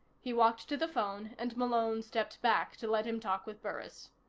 he walked to the phone, and malone stepped back to let him talk with burris.